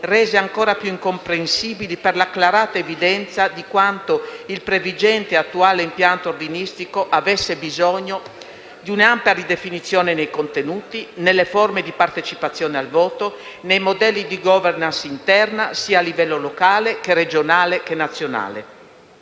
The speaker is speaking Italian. rese ancora più incomprensibili per l'acclarata evidenza di quanto il previgente e attuale impianto ordinistico avesse bisogno di un'ampia ridefinizione nei contenuti, nelle forme di partecipazione al voto, nei modelli di *governance* interna (sia a livello locale che regionale e nazionale),